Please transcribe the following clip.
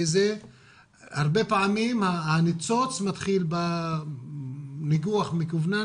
כי הרבה פעמים הניצוץ מתחיל בניגוח מקוונן